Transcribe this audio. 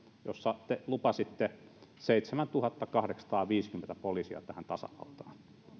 jossa te lupasitte seitsemäntuhattakahdeksansataaviisikymmentä poliisia tähän tasavaltaan